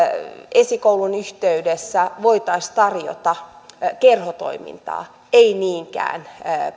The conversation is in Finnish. esikoulun yhteydessä voitaisiin tarjota kerhotoimintaa ei niinkään